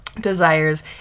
desires